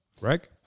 Right